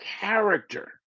character